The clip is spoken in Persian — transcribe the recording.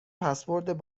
پسورد